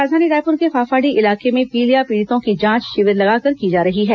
राजधानी रायपुर के फाफाडीह इलाके में पीलिया पीड़ितों की जांच शिविर लगाकर की जा रही है